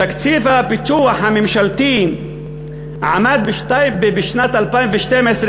תקציב הפיתוח הממשלתי עמד בשנת 2012,